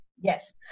Yes